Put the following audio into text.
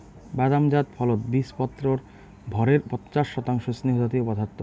বাদাম জাত ফলত বীচপত্রর ভরের পঞ্চাশ শতাংশ স্নেহজাতীয় পদার্থ